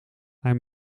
hij